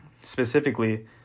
specifically